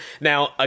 Now